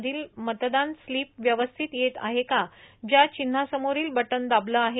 मधील मतदान स्लिप व्यवस्थीत येत आहे का ज्या चिन्हासमोरील बटन दाबले आहे